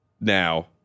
now